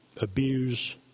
abuse